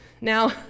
Now